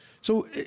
So-